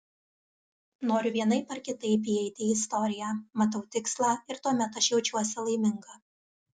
noriu vienaip ar kitaip įeiti į istoriją matau tikslą ir tuomet aš jaučiuosi laiminga